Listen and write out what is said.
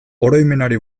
oroimenari